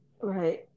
Right